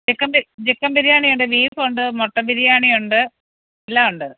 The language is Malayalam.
ചിക്ക ബി ചിക്കബിരിയാണിയുണ്ട് ബീഫുണ്ട് മട്ടൻ ബിരിയാണിയുണ്ട് എല്ലാമുണ്ട്